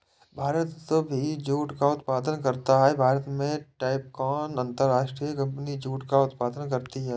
भारत भी जूट का उत्पादन करता है भारत में टैपकॉन अंतरराष्ट्रीय कंपनी जूट का उत्पादन करती है